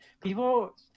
People